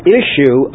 issue